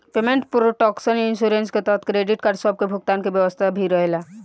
payment protection insurance के तहत credit card सब के भुगतान के व्यवस्था भी रहेला